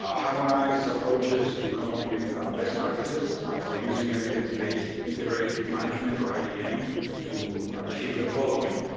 ah harmonize approaches to come up with best practices for using evidence-based integrated tick management or itm to achieve the following.